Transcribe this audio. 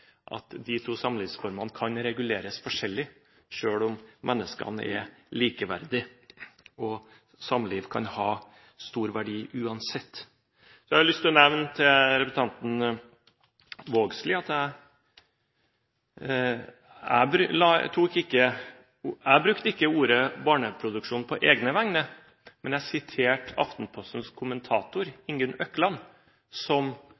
og samliv kan ha stor verdi uansett. Så har jeg lyst til å nevne til representanten Vågslid at jeg brukte ikke ordet «barneproduksjon» på egne vegne, men jeg siterte Aftenpostens kommentator, Ingunn Økland, som